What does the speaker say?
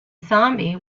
zombie